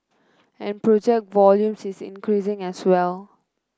and project volume is increasing as well